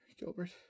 Gilbert